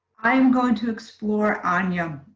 i'm going to explore anya.